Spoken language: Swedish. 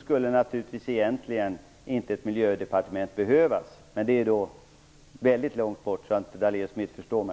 skulle det naturligtvis egentligen inte behövas ett miljödepartement. Men det är väldigt långt bort, så Lennart Daléus behöver inte missförstå mig.